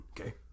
okay